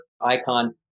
icon